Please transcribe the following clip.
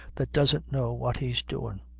that doesn't know what he's doin'!